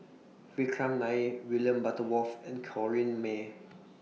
Vikram Nair William Butterworth and Corrinne May